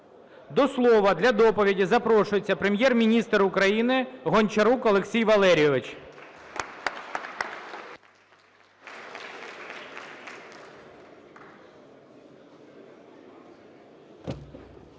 До слова для доповіді запрошується Прем'єр-міністр України Гончарук Олексій Валерійович.